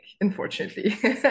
unfortunately